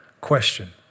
Question